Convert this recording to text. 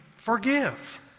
Forgive